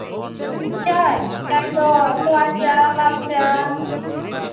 ᱪᱟᱭ ᱪᱟᱭ ᱫᱚ ᱛᱚᱣᱟ ᱪᱟ ᱞᱟᱞ ᱪᱟ